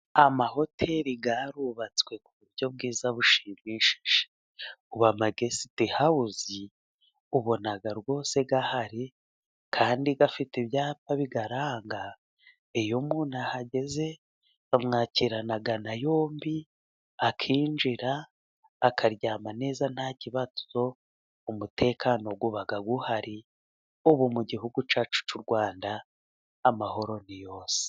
Ama Hoteli yarubatswe, ku buryo bwiza bushimishije, ubu amagesite hawuzi ubona rwose ahari kandi afite ibyapa biyaranga, iyo umubtu ahageze bamwakiranaga yombi, akinjira akaryama neza ntakibazo, umutekano uba uhari, ubu mugihugu cyacu cy'u Rwanda, amahoro ni yose.